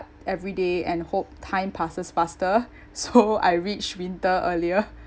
every day and hope time passes faster so I reach winter earlier